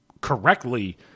correctly